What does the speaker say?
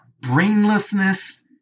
brainlessness